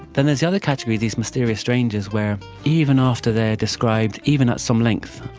then there's the other category, these mysterious strangers, where even after they are described, even at some length,